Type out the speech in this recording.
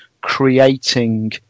creating